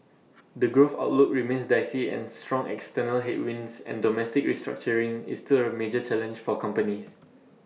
the growth outlook remains dicey and strong external headwinds and domestic restructuring is still A major challenge for companies